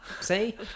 See